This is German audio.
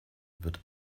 wird